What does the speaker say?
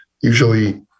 usually